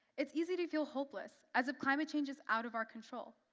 it's easy to feel hopeless, as if climate change is out of our control.